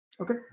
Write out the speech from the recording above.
Okay